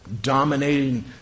dominating